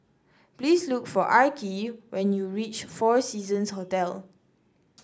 please look for Arkie when you reach Four Seasons Hotel